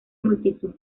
multitud